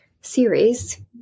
series